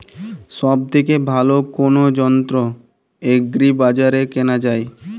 সব থেকে ভালো কোনো যন্ত্র এগ্রি বাজারে কেনা যায়?